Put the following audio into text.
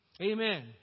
Amen